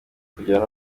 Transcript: kugera